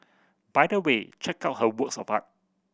by the way check out her works of art